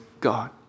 God